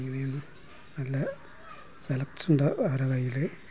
അങ്ങനെയാണ് നല്ല സെലക്ഷൻണ്ട് ഓര കയ്യിൽ